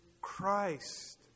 Christ